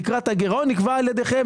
תקרת הגירעון נקבעת על ידיכם,